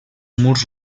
murs